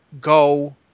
go